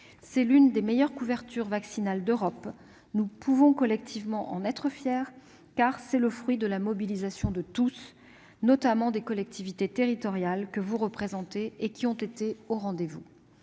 C'est l'une des meilleures couvertures vaccinales d'Europe. Nous pouvons collectivement en être fiers, car c'est le fruit de la mobilisation de tous, notamment des collectivités territoriales que vous représentez et qui ont été au rendez-vous.